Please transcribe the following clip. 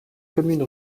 commune